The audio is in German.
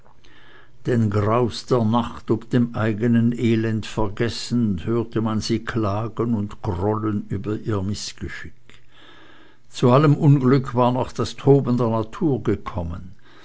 den graus der nacht ob dem eigenen elend vergessend hörte man sie klagen und grollen über ihr mißgeschick zu allem unglück war noch das toben der natur gekommen